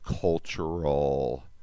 cultural